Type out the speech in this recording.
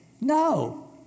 No